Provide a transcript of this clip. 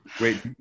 Wait